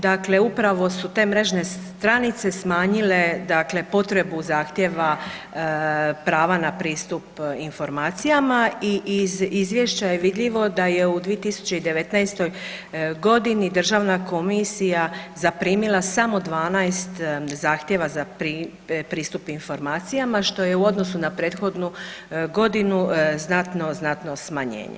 Dakle, upravo su te mrežne stranice smanjile dakle potrebu zahtijeva prava na pristup informacijama i iz izvješća je vidljivo da je u 2019. g. Državna komisija zaprimila samo 12 zahtjeva za pristup informacijama, što je u odnosu na prethodnu godinu znatno, znatno smanjenje.